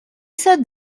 sat